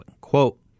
quote